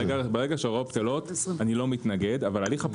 ברגע שההוראות חלות, איני מתנגד.